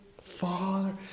father